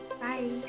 Bye